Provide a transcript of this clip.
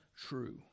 true